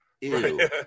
Ew